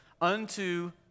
unto